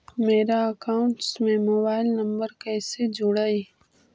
मेरा अकाउंटस में mobile number कैसे जुड़उ?